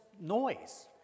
noise